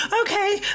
Okay